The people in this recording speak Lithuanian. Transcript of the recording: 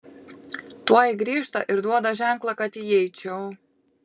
tuoj grįžta ir duoda ženklą kad įeičiau